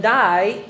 die